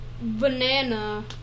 banana